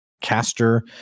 caster